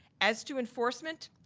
as to enforcement,